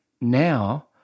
Now